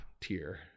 tier